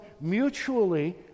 mutually